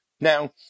Now